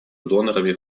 донорами